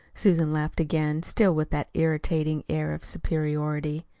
susan laughed again, still with that irritating air of superiority.